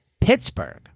Pittsburgh